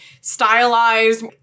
stylized